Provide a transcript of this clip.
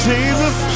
Jesus